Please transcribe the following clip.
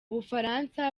bufaransa